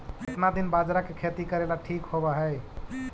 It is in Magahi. केतना दिन बाजरा के खेती करेला ठिक होवहइ?